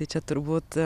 tai čia turbūt